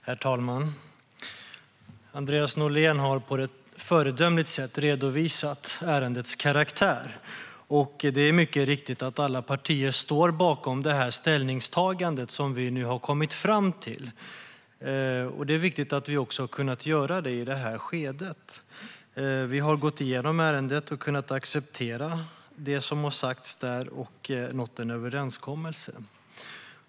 Herr talman! Andreas Norlén har på ett föredömligt sätt redovisat ärendets karaktär. Det är mycket riktigt så att alla partier står bakom det ställningstagande vi nu har kommit fram till, och det är viktigt att vi har kunnat göra det i det här skedet. Vi har gått igenom ärendet och kunnat acceptera det som har sagts där och nått en överenskommelse.